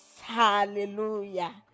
Hallelujah